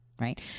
right